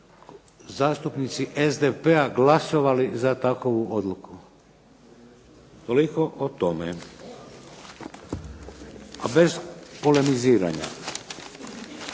zastupnici SDP-a, glasovali za takovu odluku. Toliko o tome, a bez polemiziranja